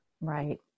Right